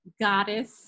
goddess